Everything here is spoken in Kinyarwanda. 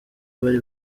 bari